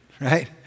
right